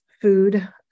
food